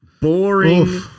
Boring